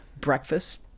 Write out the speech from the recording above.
breakfast